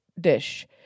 dish